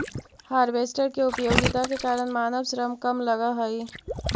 harvester के उपयोगिता के कारण मानव श्रम कम लगऽ हई